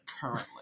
Currently